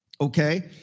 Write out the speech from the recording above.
Okay